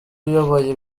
uyoboye